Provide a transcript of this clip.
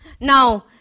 Now